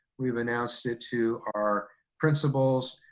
we've announced it to our principals,